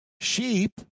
sheep